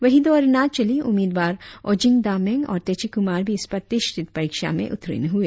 वही दो अरुणाचली उम्मीदवार ओजिंग दामेंग और तेची कुमार भी इस प्रतिष्ठित परीक्षा में उत्रीण हुए